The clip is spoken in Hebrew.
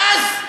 ואז,